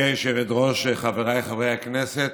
גברתי היושבת-ראש, חבריי חברי הכנסת,